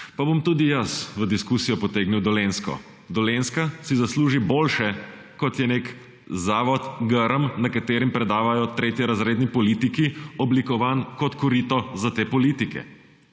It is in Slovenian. Pa bom tudi jaz v diskusijo potegnil Dolenjsko. Dolenjska si zasluži boljše, kot je nek zavod Grm, na katerem predavajo tretjerazredni politiki, oblikovan kot korito za te politike,